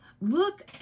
Look